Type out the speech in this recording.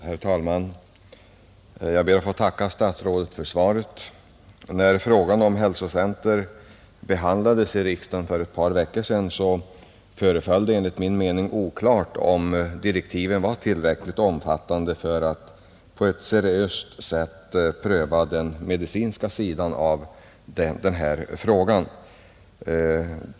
Herr talman! Jag ber att få tacka stadsrådet för svaret, När frågan om hälsocenter behandlades i riksdagen för ett par veckor Nr 102 sedan föreföll det enligt min mening oklart om direktiven var tillräckligt Tisdagen den omfattande för att den medicinska sidan av denna fråga skulle kunna 1 juni 1971 prövas på ett seriöst sätt.